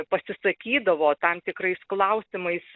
pasisakydavo tam tikrais klausimais